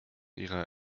ihrer